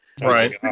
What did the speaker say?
Right